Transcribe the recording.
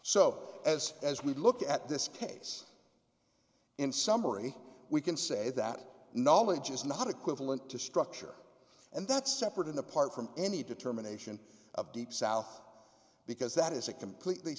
so as as we look at this case in summary we can say that knowledge is not equivalent to structure and that's separate and apart from any determination of deep south because that is a completely